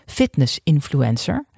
fitness-influencer